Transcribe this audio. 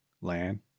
land